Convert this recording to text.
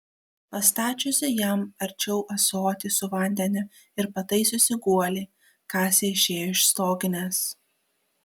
pastačiusi jam arčiau ąsotį su vandeniu ir pataisiusi guolį kasė išėjo iš stoginės